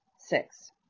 Six